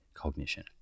cognition